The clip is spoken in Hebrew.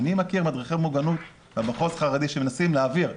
אני מכיר מדריכי מוגנות במחוז החרדי שמנסים להעביר,